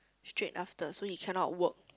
straight after so he cannot work